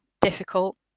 difficult